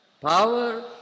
power